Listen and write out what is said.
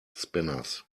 spinners